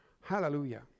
Hallelujah